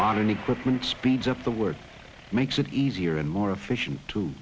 modern equipment speeds up the word makes it easier and more efficient to